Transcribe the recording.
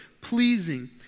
pleasing